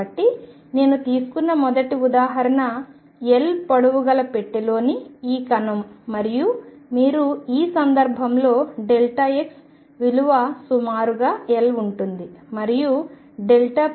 కాబట్టి నేను తీసుకున్న మొదటి ఉదాహరణ L పొడవు గల పెట్టెలోని ఈ కణం మరియు మీరు ఈ సందర్భంలో x విలువ సుమారుగా L ఉంటుంది